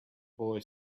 boy